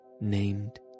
named